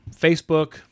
Facebook